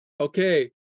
Okay